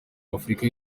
w’afurika